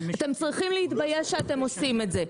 אתם צריכים להתבייש שאתם עושים את זה.